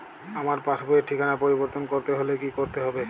আমার পাসবই র ঠিকানা পরিবর্তন করতে হলে কী করতে হবে?